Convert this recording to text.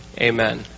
Amen